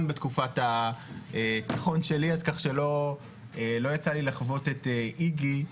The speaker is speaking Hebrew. בתקופת התיכון שלי אז כך שלא יצא לי לחוות את איג"י,